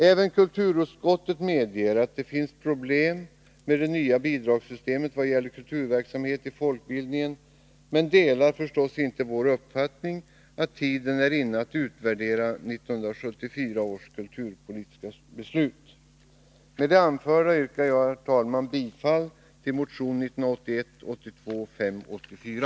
Även kulturutskottet medger att det finns problem med det nya bidragssystemet vad gäller kulturverksamhet i folkbildningen, men delar förstås inte vår uppfattning att tiden är inne att utvärdera 1974 års kulturpolitiska beslut. Med det anförda yrkar jag, herr talman, bifall till motion 1981/82:584.